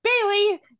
Bailey